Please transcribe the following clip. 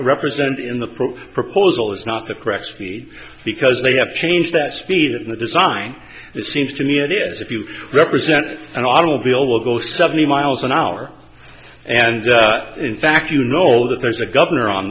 represented in the program proposal is not the correct speed because they have changed that speed in the design it seems to me that if you represented an automobile will go seventy miles an hour and in fact you know that there's a governor on